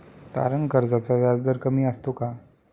तारण कर्जाचा व्याजदर कमी असतो का?